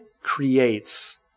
creates